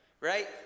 right